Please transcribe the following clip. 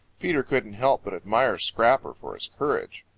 peter couldn't help but admire scrapper for his courage.